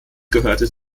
gehörte